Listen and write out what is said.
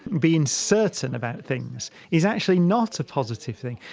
being certain about things is actually not a positive thing.